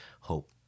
hope